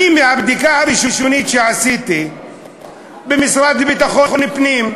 מהבדיקה הראשונית שעשיתי במשרד לביטחון פנים,